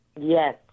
Yes